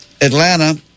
Atlanta